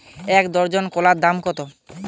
এক ডজন কলার দাম কত?